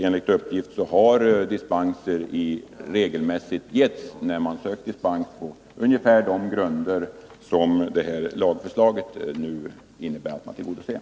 Enligt uppgift har dispenser regelmässigt getts, när dispens sökts på ungefär de grunder som det är fråga om i det här lagförslaget.